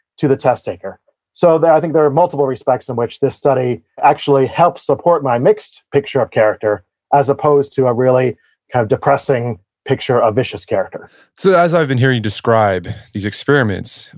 to the test taker so, i think there are multiple respects in which this study actually helps support my mixed picture of character as opposed to a really kind of depressing picture of vicious character so, as i've been hearing you describe these experiments,